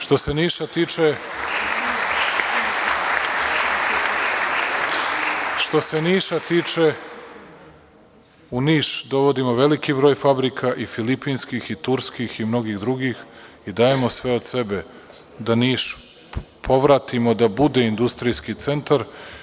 Što se Niša tiče, u Niš dovodimo veliki broj fabrika, i filipinskih i turskih i mnogih drugih, i dajemo sve od sebe da Niš povratimo, da bude industrijski centar.